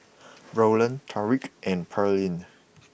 Rowland Tariq and Pearlene